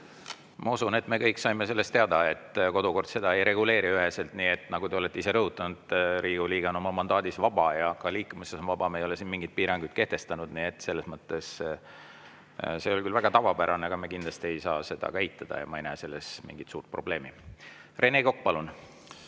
Ma usun, et me kõik saime sellest teada, et kodukord seda üheselt ei reguleeri. Nagu te olete ise rõhutanud, Riigikogu liige on oma mandaadis vaba ja ka liikumises vaba. Me ei ole siin mingeid piiranguid kehtestanud. Nii et selles mõttes see oli küll väga tavapärane, aga me kindlasti ei saa seda eitada ja ma ei näe selles mingit suurt probleemi. Rene Kokk, palun!